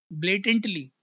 blatantly